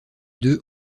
deux